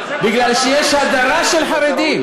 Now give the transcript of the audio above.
כי יש הדרה של חרדים.